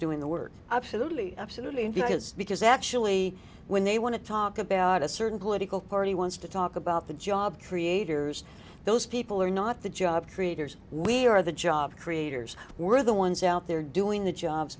doing the work absolutely absolutely because because actually when they want to talk about a certain political party wants to talk about the job creators those people are not the job creators we are the job creators we're the ones out there doing the jobs